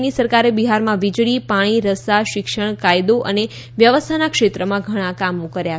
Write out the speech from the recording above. એ ની સરકારે બિહારમાં વીજળી પાણી રસ્તા શિક્ષણ કાયદો અને વ્યવસ્થાનામાં ક્ષેત્રમાં ઘણા કામો કર્યા છે